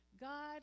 God